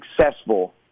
successful